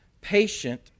Patient